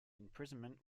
imprisonment